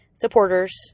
supporters